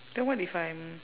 then what if I'm